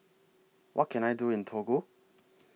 What Can I Do in Togo